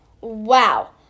Wow